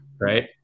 right